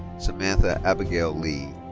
samantha abigail lee.